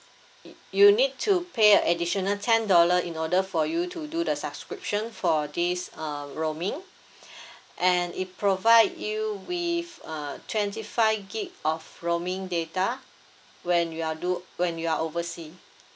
you need to pay a additional ten dollar in order for you to do the subscription for this uh roaming and it provide you with uh twenty five gig of roaming data when you are do when you are oversea